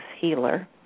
healer